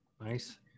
Nice